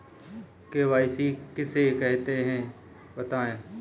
KYC किसे कहते हैं बताएँ?